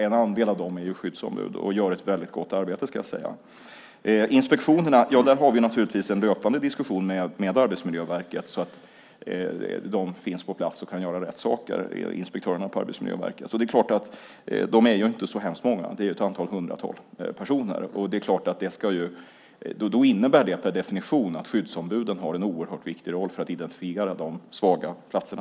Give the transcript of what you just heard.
En andel av dem är skyddsombud och utför ett väldigt gott arbete. När det gäller inspektionerna för vi en löpande diskussion med Arbetsmiljöverket. Inspektörerna finns på plats och kan göra rätt saker. De är ju inte så hemskt många - ett antal hundra personer. Det innebär per definition att skyddsombuden har en oerhört viktig roll för att identifiera de svaga platserna.